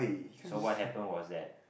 so what happen was that